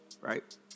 Right